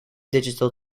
digital